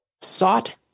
sought